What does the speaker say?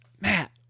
Matt